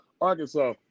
Arkansas